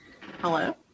Hello